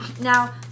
now